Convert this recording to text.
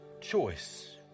choice